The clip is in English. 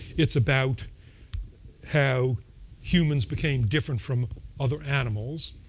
it's about how humans became different from other animals.